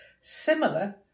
similar